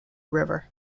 river